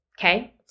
okay